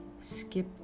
skip